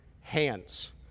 hands